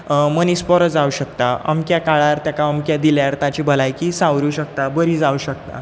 मनीस बरो जावं शकता अमक्या काळार ताका अमकें दिल्यार ताची भलायकी सावरूंक शकता बरी जावंक शकता